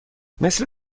مثل